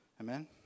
Amen